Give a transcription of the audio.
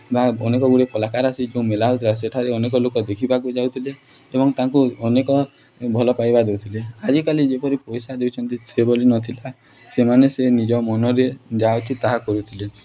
ବା ଅନେକ ଗୁଡ଼ିଏ କଳାକାର ଆସି ଯେଉଁ ମେଳା ହେଉଥିଲା ସେଠାରେ ଅନେକ ଲୋକ ଦେଖିବାକୁ ଯାଉଥିଲେ ଏବଂ ତାଙ୍କୁ ଅନେକ ଭଲପାଇବା ଦେଉଥିଲେ ଆଜିକାଲି ଯେପରି ପଇସା ଦେଉଛନ୍ତି ସେଭଳି ନଥିଲା ସେମାନେ ସେ ନିଜ ମନରେ ଯାହା ଅଛି ତାହା କରୁଥିଲେ